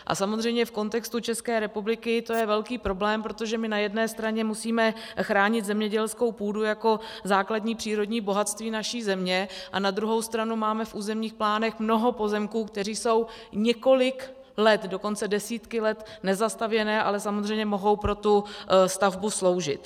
A samozřejmě v kontextu České republiky to je velký problém, protože my na jedné straně musíme chránit zemědělskou půdu jako základní přírodní bohatství naší země a na druhou stranu máme v územních plánech mnoho pozemků, které jsou několik let, dokonce desítky let nezastavěné, ale samozřejmě mohou pro tu stavbu sloužit.